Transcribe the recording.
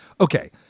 okay